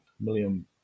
million